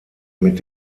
mit